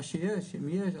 מה שיש אם יש,